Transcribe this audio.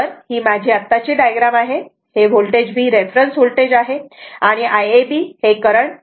तर हि माझी आताची डायग्राम आहे हे होल्टेज V रेफरन्स वोल्टेज आहे आणि Iab हे करंट 10